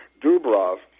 Dubrov